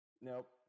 Nope